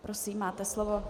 Prosím, máte slovo.